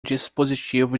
dispositivo